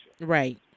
Right